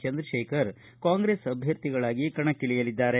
ಚಂದ್ರಶೇಖರ ಕಾಂಗ್ರೆಸ್ ಅಭ್ಯರ್ಥಿಗಳಾಗಿ ಕಣಕ್ಕಿಳಿಯಲಿದ್ದಾರೆ